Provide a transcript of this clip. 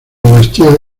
dinastía